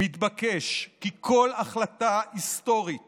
מתבקש כי כל החלטה היסטורית